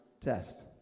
test